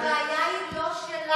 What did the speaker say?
אבל הבעיה היא לא שלנו.